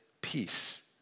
peace